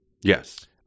Yes